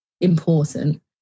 important